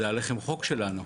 זה לחם חוק שלנו.